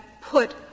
put